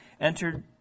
entered